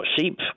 sheep